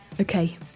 Okay